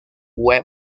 web